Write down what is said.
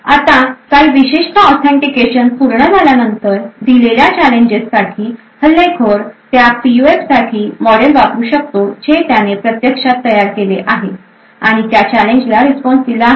आता काही विशिष्ट ऑथेंटिकेशन पूर्ण झाल्यानंतर दिलेल्या चॅलेंजजेस साठी हल्लेखोर त्या पीयूएफसाठी मॉडेल वापरू शकतो जे त्याने प्रत्यक्षात तयार केले आहे आणि त्या चॅलेंज ला रिस्पॉन्स दिला आहे